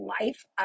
life